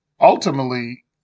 ultimately